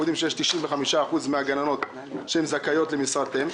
אנחנו יודעים שיש 95% מהגננות שהן זכאיות למשרת אם,